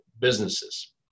Businesses